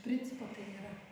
princip tai nėra